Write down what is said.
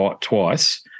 twice